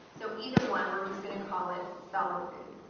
so either one, we're just gonna call it solid food.